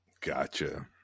gotcha